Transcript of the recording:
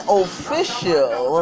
official